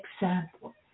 example